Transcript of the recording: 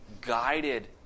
guided